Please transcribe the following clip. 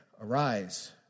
Arise